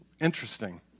Interesting